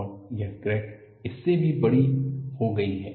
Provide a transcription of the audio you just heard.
और यह क्रैक इससे भी बड़ी हो गई है